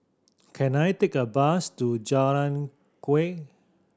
can I take a bus to Jalan Kuak